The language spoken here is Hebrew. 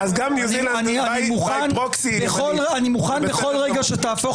אז גם --- אני מוכן בכל רגע שתהפוך